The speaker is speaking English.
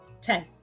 Ten